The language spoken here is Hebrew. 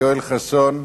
יואל חסון,